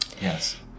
Yes